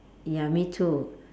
ya me too